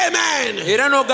Amen